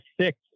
six